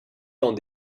dans